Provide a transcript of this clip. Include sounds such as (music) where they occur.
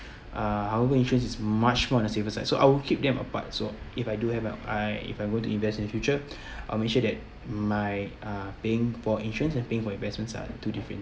uh however insurance is much more on the safer side so I'll keep them apart so if I do have an I if I were to invest in future (breath) I'll make sure that my uh paying for insurance and paying for investments are two different